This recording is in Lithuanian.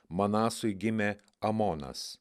manasui gimė amonas